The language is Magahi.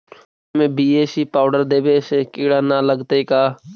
बैगन में बी.ए.सी पाउडर देबे से किड़ा न लगतै का?